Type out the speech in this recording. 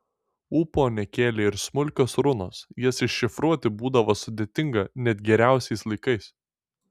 ūpo nekėlė ir smulkios runos jas iššifruoti būdavo sudėtinga net geriausiais laikais